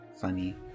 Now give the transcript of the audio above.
Funny